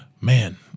man